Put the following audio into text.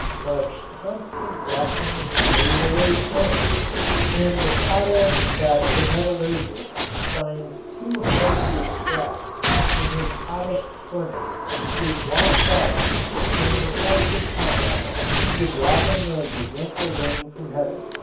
but constant washing wears away stones and the potash that the metallurgist finds too hard to extract in his hottest furnace is washed out in the course of time through the dropping of the gentle rain from heaven.